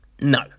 No